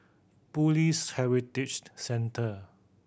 Police Heritage Centre